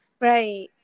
Right